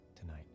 tonight